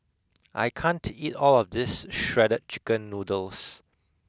I can't eat all of this Shredded Chicken Noodles